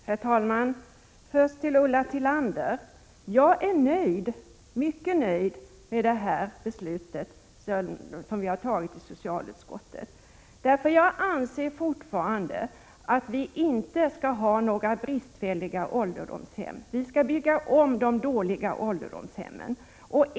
Herr talman! Först till Ulla Tillander: Jag är nöjd, mycket nöjd, med det beslut som vi har fattat i socialutskottet, för jag anser fortfarande att vi inte skall ha några bristfälliga ålderdomshem. Vi skall bygga om de dåliga ålderdomshemmen.